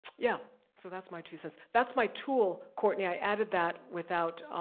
yeah so that's my two cents. that's my tool, cortney, i added that without,